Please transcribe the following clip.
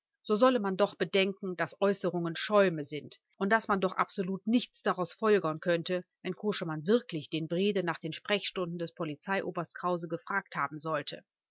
so solle man doch bedenken daß äußerungen schäume sind und daß man doch absolut nichts daraus folgern könnte wenn koschemann wirklich den brede nach den sprechstunden des polizeioberst krause gefragt haben sollte